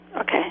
okay